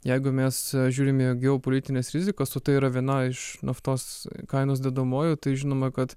jeigu mes žiūrime į geopolitines rizikas o tai yra viena iš naftos kainos dedamoji tai žinoma kad